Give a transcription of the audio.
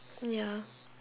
ya